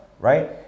right